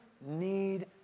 need